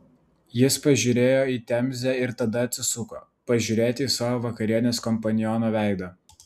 jis pažiūrėjo į temzę ir tada atsisuko pažiūrėti į savo vakarienės kompaniono veidą